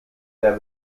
der